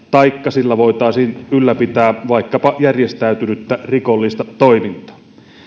taikka sillä voitaisiin ylläpitää vaikkapa järjestäytynyttä rikollista toimintaa